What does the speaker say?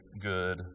good